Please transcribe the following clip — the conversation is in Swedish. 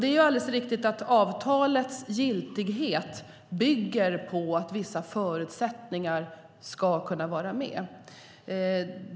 Det är alldeles riktigt att avtalets giltighet bygger på vissa förutsättningar.